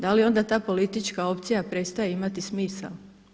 Da li onda ta politička opcija prestaje imati smisao?